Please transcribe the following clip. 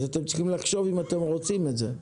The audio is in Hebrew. אז אתם צריכים לחשוב אם אתם רוצים את זה.